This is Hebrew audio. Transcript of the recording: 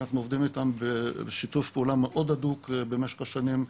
אנחנו עובדים איתם בשיתוף פעולה מאוד הדוק במשך השנים,